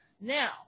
Now